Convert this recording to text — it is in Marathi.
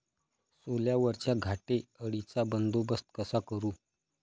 सोल्यावरच्या घाटे अळीचा बंदोबस्त कसा करू?